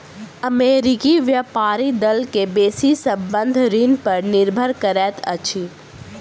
अमेरिकी व्यापारी दल के बेसी संबंद्ध ऋण पर निर्भर करैत अछि